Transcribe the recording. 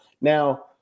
Now